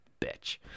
bitch